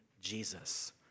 Jesus